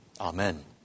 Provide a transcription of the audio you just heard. Amen